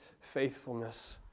faithfulness